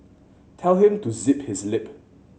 tell him to zip his lip